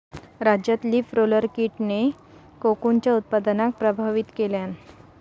राज्यात leaf roller कीटेन कोकूनच्या उत्पादनाक प्रभावित केल्यान